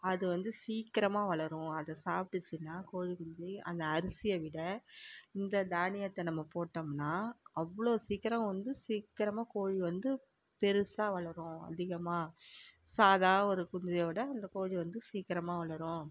அது வந்து சீக்கிரமாக வளரும் அதை சாப்பிட்டுச்சுனா கோழி குஞ்சு அந்த அரிசியை விட இந்த தானியத்தை நம்ம போட்டோம்னா அவ்வளோ சீக்கிரம் வந்து சீக்கிரமாக கோழி வந்து பெருசாக வளரும் அதிகமாக சாதா ஒரு குஞ்சியோட அந்த கோழி வந்து சீக்கிரமாக வளரும்